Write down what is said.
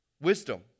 wisdom